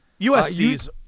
USC's